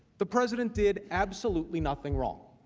the president did absolutely nothing wrong.